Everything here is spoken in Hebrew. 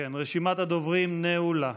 רשימת הדוברים נעולה.